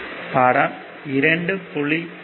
படம் 2